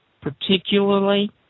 particularly